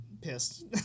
pissed